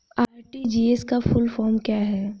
RTGS का full form क्या है?